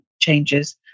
changes